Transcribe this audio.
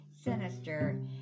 sinister